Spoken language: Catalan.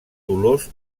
dolors